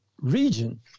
region